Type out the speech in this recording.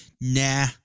Nah